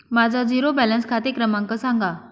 माझा zero balance खाते क्रमांक सांगा